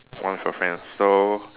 one with your friends so